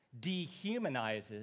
dehumanizes